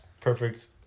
Perfect